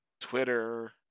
Twitter